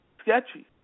sketchy